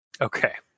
Okay